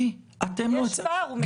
יש פער.